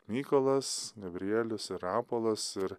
mykolas gabrielius ir rapolas ir